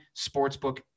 sportsbook